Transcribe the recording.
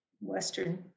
Western